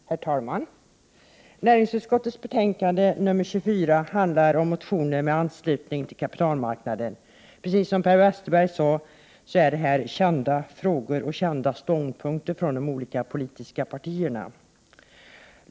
Herr talman! Näringsutskottets betänkande nr 24 handlar om motioner med anslutning till kapitalmarknaden. Precis som Per Westerberg sade är detta kända frågor och kända ståndpunkter från de olika politiska partierna.